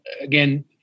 Again